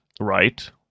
right